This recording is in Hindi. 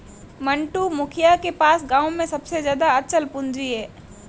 मंटू, मुखिया के पास गांव में सबसे ज्यादा अचल पूंजी है